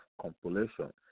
compilation